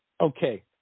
Okay